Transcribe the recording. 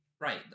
Right